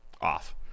off